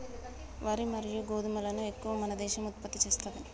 వరి మరియు గోధుమలను ఎక్కువ మన దేశం ఉత్పత్తి చేస్తాంది